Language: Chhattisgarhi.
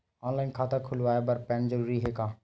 ऑनलाइन खाता खुलवाय बर पैन जरूरी हे का?